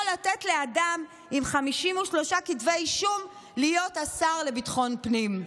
לתת לאדם עם 53 כתבי אישום להיות השר לביטחון פנים.